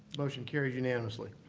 motion carries unanimously.